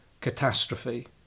catastrophe